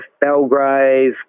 Belgrave